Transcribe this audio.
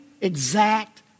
exact